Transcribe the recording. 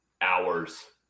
hours